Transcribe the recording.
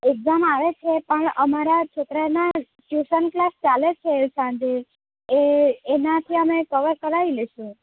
exam આવે છે પણ અમારા છોકરાના ટ્યુશન ક્લાસ ચાલે છે સાંજે એનાથી અમે કવર કરાવી લઈશું